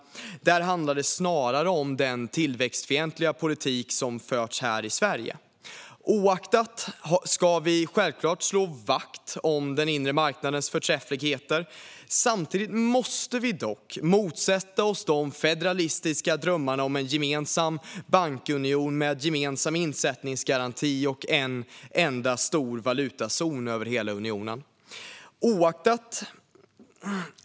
Där handlar det snarare om den tillväxtfientliga politik som förts här i Sverige. Oaktat det ska vi självklart slå vakt om den inre marknadens förträffligheter. Samtidigt måste vi dock motsätta oss de federalistiska drömmarna om en gemensam bankunion med gemensam insättningsgaranti och en enda stor valutazon över hela unionen.